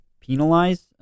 penalize